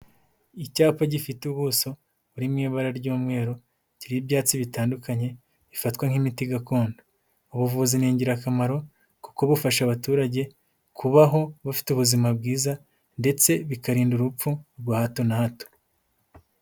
Icyapa gifite ubuso buri mu ibara ry'umweru, kiriho ibyatsi bitandukanye bifatwa nk'imiti gakondo. Ubuvuzi ni ingirakamaro kuko bufasha abaturage kubaho bufite ubuzima bwiza ndetse bikarinda urupfu rwa hato na hato.